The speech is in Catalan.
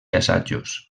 assajos